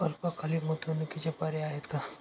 अल्पकालीन गुंतवणूकीचे पर्याय आहेत का?